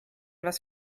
was